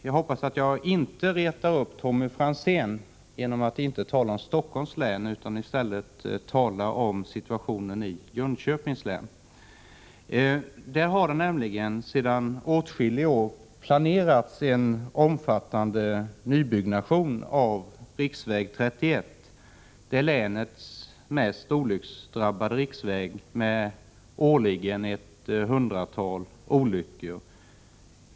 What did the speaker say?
Jag hoppas att jag inte retar upp Tommy Franzén genom att inte tala om Stockholms län utan i stället tala om situationen i Jönköpings län. Där har det nämligen sedan åtskilliga år planerats en omfattande nybyggnation av riksväg 31. Det är länets mest olycksdrabbade riksväg med årligen ett hundratal olyckor.